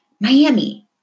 Miami